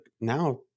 now